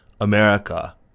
America